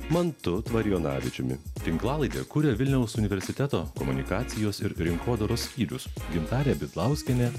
mantu tvarijonavičiumi tinklalaidę kuria vilniaus universiteto komunikacijos ir rinkodaros skyrius gintarė bidlauskienė